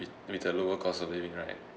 with a lower cost of living right